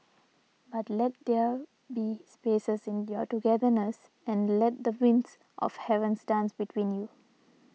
but let there be spaces in your togetherness and let the winds of heavens dance between you